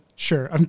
Sure